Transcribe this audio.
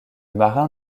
marin